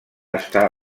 està